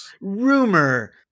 Rumor